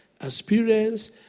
experience